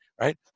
Right